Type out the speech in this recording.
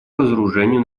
разоружению